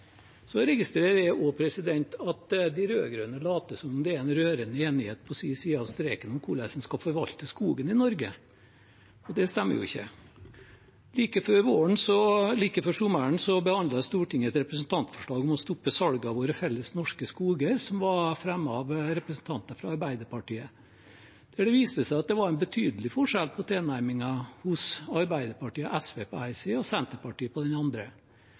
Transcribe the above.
Jeg registrerer også at de rød-grønne later som om det er en rørende enighet på sin side av streken om hvordan en skal forvalte skogen i Norge, og det stemmer jo ikke. Like før sommeren behandlet Stortinget et representantforslag om å stoppe salget av våre felles norske skoger, som var fremmet av representanter fra Arbeiderpartiet, der det viste seg at det var en betydelig forskjell på tilnærmingen hos Arbeiderpartiet og SV på den ene siden og Senterpartiet på den andre.